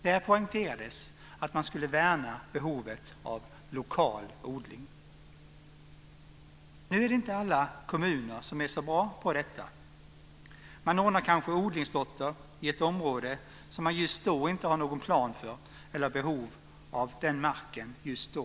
Där poängterades att man skulle värna behovet av lokal odling. Nu är det inte alla kommuner som är så bra på detta. Man ordnar kanske odlingslotter i ett område som man just då inte har någon plan för eller där man inte har behov av marken just då.